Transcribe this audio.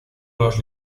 los